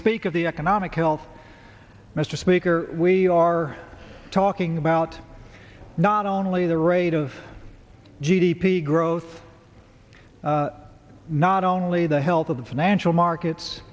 speak of the economic health mr speaker we are talking about not only the rate of g d p growth not only the health of the financial markets